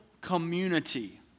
community